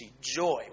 joy